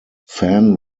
fan